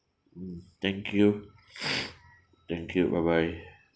mm thank you thank you bye bye